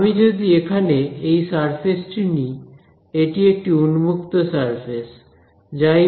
আমি যদি এখানে এই সারফেস টি নিই এটি একটি উন্মুক্ত সারফেস যা এই বাউন্ডারি দিয়ে পরিবেষ্টিত